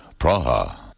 Praha